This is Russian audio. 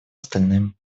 остальным